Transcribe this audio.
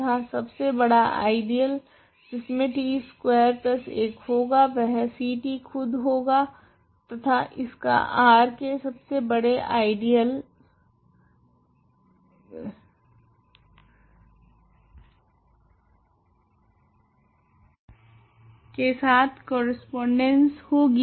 तथा सब से बड़ा आइडियल जिसमे t स्कवेर 1 होगा वह Ct खुद होगा तथा इसका R के सबसे बड़े आइडियल के साथ करस्पोंडेंस होगी